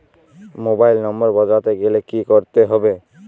Mobile number বদলাতে গেলে কি করতে হবে?